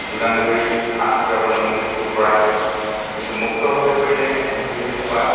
যোগান ধৰি হাঁহ কুকুৰা পালন কৰা হয় কিন্তু মুক্তভাৱে কৰিলে আমি সেইখিনিৰ পৰা